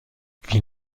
wie